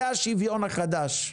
זה השוויון החדש.